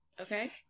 Okay